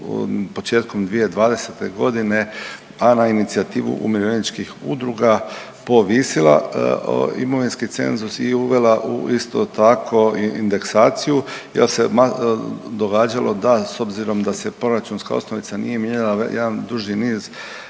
početkom 2020. g., a na inicijativu umirovljeničkih udruga povisila imovinski cenzus i uvela u, isto tako i indeksaciju jer se .../nerazumljivo/... događalo da, s obzirom da se proračunska osnovica nije mijenjala jedan duži niz